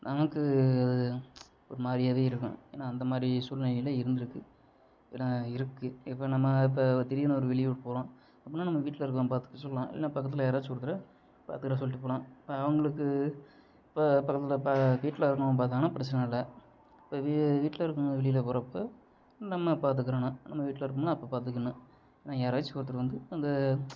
நமக்கு ஒரு மாதிரியாவே இருக்கும் ஏன்னா அந்த மாதிரி சூழ்நிலைகள்லாம் இருந்துயிருக்கு ஏன்னா இருக்கு இப்போ நம்ம இப்போ ஒரு திடீர்னு ஒரு வெளியூர் போகிறோம் அப்பின்னா நம்ம வீட்டில் இருக்கவங்களை பார்த்துக்க சொல்லலாம் இல்லைன்னா பக்கத்தில் யாராச்சும் ஒருத்தரை பார்த்துக்கற சொல்லிவிட்டு போலாம் இப்போ அவங்களுக்கு இப்போ வீட்டில் இருக்கவங்க பார்த்தாங்கன்னா பிரச்சினை இல்லை இப்போ வீ வீட்டில் இருக்கவங்க வெளியில் போறப்போ நம்ம பார்த்துக்கறணும் நம்ம வீட்டில் இருப்போம்ல அப்போ பார்த்துக்கணும் ஆனால் யாராச்சும் ஒருத்தர் வந்து அந்த